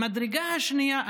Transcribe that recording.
המדרגה השנייה,